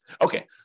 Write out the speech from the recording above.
Okay